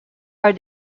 are